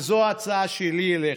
וזו ההצעה שלי אליך,